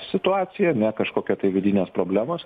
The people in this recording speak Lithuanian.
situacija ne kažkokia tai vidinės problemos